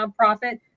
nonprofit